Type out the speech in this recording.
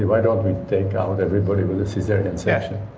why don't we take out everybody with a cesarean section?